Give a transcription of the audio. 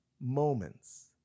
moments